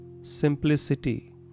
simplicity